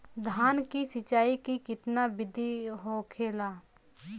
धान की सिंचाई की कितना बिदी होखेला?